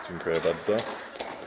Dziękuję bardzo.